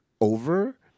over